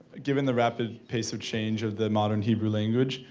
given the rapid pace of change of the modern hebrew language,